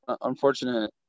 unfortunate